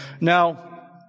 Now